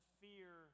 fear